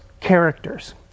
characters